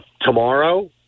tomorrow